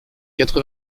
quatre